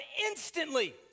instantly